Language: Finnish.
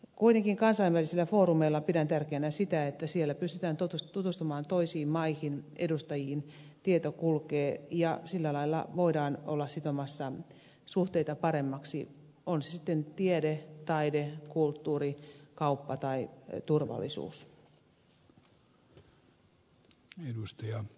kuitenkin kansainvälisillä foorumeilla pidän tärkeänä sitä että siellä pystytään tutustumaan toisiin maihin edustajiin tieto kulkee ja sillä lailla voidaan olla sitomassa suhteita paremmiksi on sitten kyseessä tiede taide kulttuuri kauppa tai turvallisuus